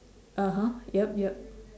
(uh huh) yup yup